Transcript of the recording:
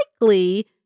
likely